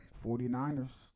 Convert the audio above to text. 49ers